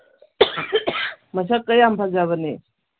ꯃꯁꯛꯀ ꯌꯥꯝ ꯐꯖꯕꯅꯦ